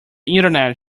internet